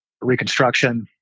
reconstruction